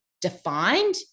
defined